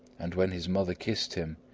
and when his mother kissed him,